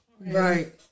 Right